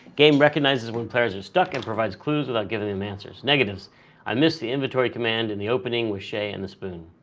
game recognizes when players are stuck and provides clues without giving them and answers. negatives i missed the inventory command and the opening with shay and the spoon.